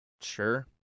Sure